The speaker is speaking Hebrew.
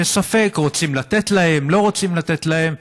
שספק רוצים לתת להם, ספק לא רוצים לתת להם.